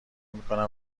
میکنن